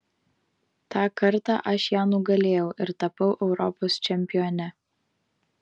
tą kartą aš ją nugalėjau ir tapau europos čempione